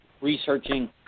researching